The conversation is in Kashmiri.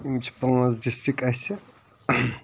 یِم چھِ پانٛژھ ڈِسٹِرٛک اَسہِ